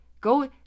Go